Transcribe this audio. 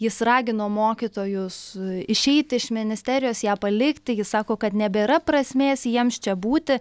jis ragino mokytojus išeiti iš ministerijos ją palikti jis sako kad nebėra prasmės jiems čia būti